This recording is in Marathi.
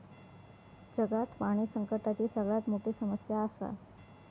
जगात पाणी संकटाची सगळ्यात मोठी समस्या आसा